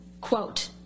quote